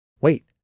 Wait